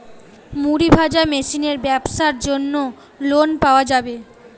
মুড়ি ভাজা মেশিনের ব্যাবসার জন্য লোন পাওয়া যাবে?